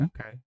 Okay